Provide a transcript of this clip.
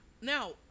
Now